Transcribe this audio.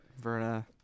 Verna